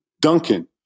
Duncan